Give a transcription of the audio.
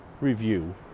review